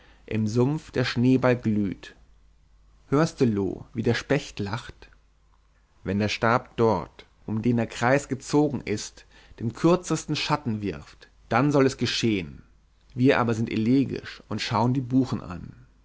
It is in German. im sumpf der schneeball glüht hörst du loo wie der specht lacht wenn der stab dort um den der kreis gezogen ist den kürzesten schatten wirft dann soll es geschehn wir aber sind elegisch und schauen die buchen an